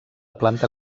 planta